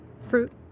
fruit